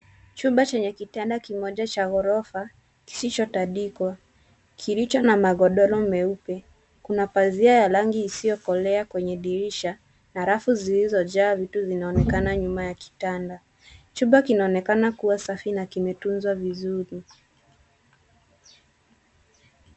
Chumba chenye kitanda kimoja chenye ghorofa kisichoyandikwa kilicho na magodoro meupe. Kuna pazia ya rangi isiyokolea kwenye dirisha na rafu zilizojaa vitu zinaonekana nyuma ya kitanda. Chumba kinaonekana kuwa safi na kimetunzwa vizuri.